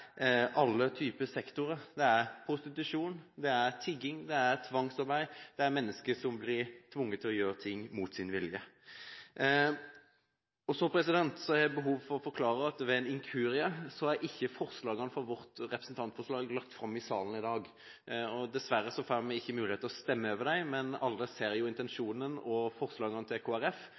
alle typer sektorer. Det er prostitusjon, det er tigging, det er tvangsarbeid, det er mennesker som blir tvunget til å gjøre ting mot sin vilje. Så har jeg behov for å forklare at ved en inkurie er ikke forslagene i vårt representantforslag lagt fram i salen i dag, så dessverre får vi ikke mulighet til å stemme over dem. Men alle ser jo intensjonen i forslagene til